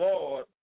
Lord